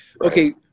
okay